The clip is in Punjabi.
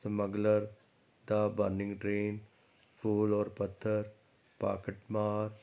smuggler The Burning Train Phool Aur Patthar Pocketmaar